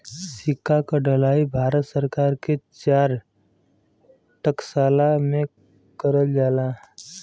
सिक्का क ढलाई भारत सरकार के चार टकसाल में करल जाला